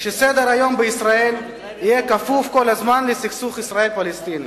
שסדר-היום בישראל יהיה כפוף כל הזמן לסכסוך הישראלי פלסטיני.